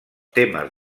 temes